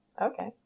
Okay